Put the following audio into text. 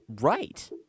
right